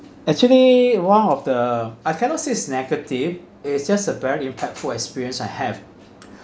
actually one of the I cannot say is negative it's just a very impactful experience I have